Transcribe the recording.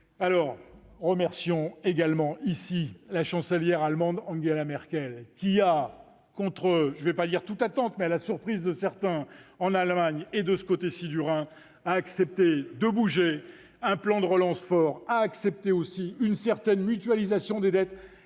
PIB. Remercions également ici la chancelière allemande Angela Merkel, qui a, peut-être pas contre toute attente, mais, en tout cas, à la surprise de certains en Allemagne et de ce côté-ci du Rhin, accepté un plan de relance fort, accepté aussi une certaine mutualisation des dettes